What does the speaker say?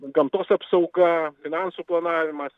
gamtos apsauga finansų planavimas